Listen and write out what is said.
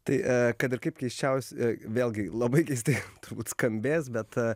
tai kad ir kaip keisčiaus a vėlgi labai keistai turbūt skambės bet